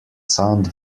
sound